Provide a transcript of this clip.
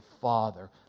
father